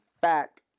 fact